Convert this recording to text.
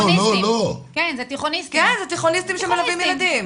זה תיכוניסטים שמלווים ילדים.